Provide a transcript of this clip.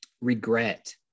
regret